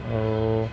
আৰু